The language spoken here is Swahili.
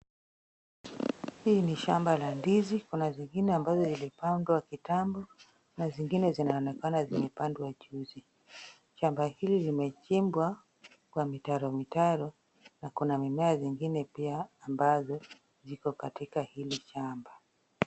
Hii ni shamba la ndizi. Kuna zingine ambazo zilipandwa kitambo, na zingine zinaonekana zimepandwa juzi. Shamba hili limechimbwa kwa mitaro mitaro na kuna mimea zingine pia ambazo ziko katika hili shamba.